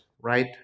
right